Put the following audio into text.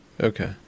okay